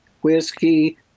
whiskey